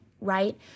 right